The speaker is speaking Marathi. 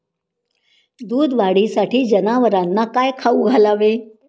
दूध वाढीसाठी जनावरांना काय खाऊ घालावे?